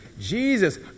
Jesus